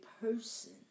person